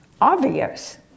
obvious